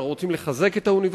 אנחנו רוצים לחזק את האוניברסיטאות,